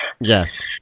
Yes